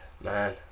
Man